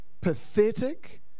pathetic